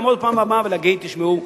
לעמוד מעל הבמה ולהגיד: תשמעו,